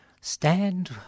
Stand